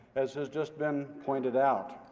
as has just been pointed out.